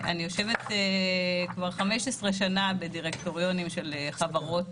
אני יושבת כבר 15 שנים בדירקטוריונים של חברות